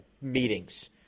meetings